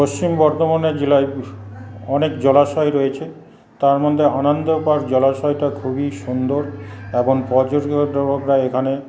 পশ্চিম বর্ধমানে জেলায় অনেক জলাশয় রয়েছে তার মধ্যে আনন্দপাড় জলাশয়টা খুবই সুন্দর এবং পর্যটকরা এখানে